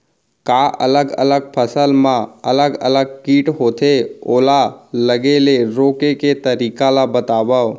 का अलग अलग फसल मा अलग अलग किट होथे, ओला लगे ले रोके के तरीका ला बतावव?